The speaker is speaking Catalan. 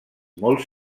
molt